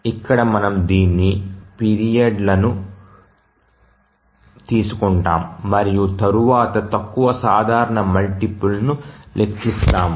ఇక్కడ మనము అన్ని పీరియడ్లను తీసుకుంటాము మరియు తరువాత తక్కువ సాధారణ మల్టిపుల్ ను లెక్కిస్తాము